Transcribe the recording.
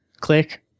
Click